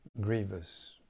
grievous